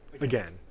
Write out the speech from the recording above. Again